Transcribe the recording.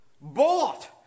bought